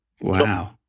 Wow